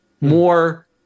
more